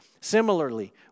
Similarly